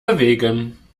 bewegen